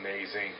amazing